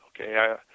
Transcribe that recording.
okay